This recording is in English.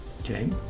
Okay